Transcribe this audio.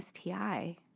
STI